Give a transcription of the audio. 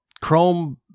Chrome